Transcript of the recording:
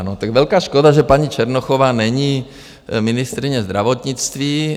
No tak velká škoda, že paní Černochová není ministryně zdravotnictví.